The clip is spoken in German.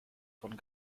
von